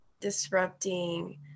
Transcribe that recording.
disrupting